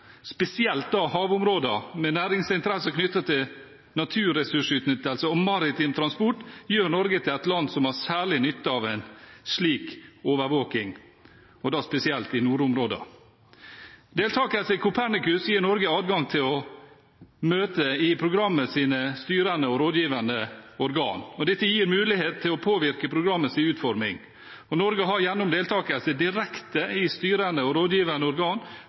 spesielt havområdene med næringsinteresser knyttet til naturressursutnyttelse og maritim transport, gjør Norge til et land som har særlig nytte av en slik overvåking, spesielt i nordområdene. Deltakelse i Copernicus gir Norge adgang til å møte i programmets styrende og rådgivende organ. Dette gir mulighet til å påvirke programmets utforming, og Norge har gjennom deltakelse direkte i styrende og rådgivende organ